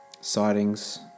sightings